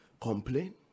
complain